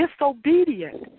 disobedient